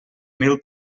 mil